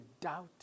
doubt